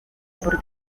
por